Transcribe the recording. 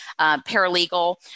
paralegal